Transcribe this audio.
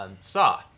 Saw